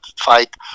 fight